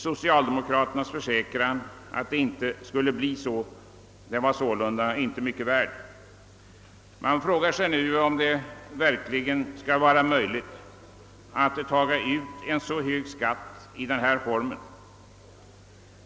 Socialdemokraternas försäkran att det inte skulle bli på detta sätt var sålunda inte mycket värd. Man frågar sig nu om det verkligen skall vara möjligt att ta ut en så hög skatt i denna form.